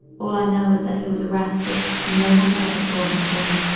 all i know is that he was arrested and no one ever saw him again.